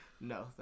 No